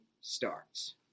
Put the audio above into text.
starts